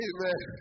Amen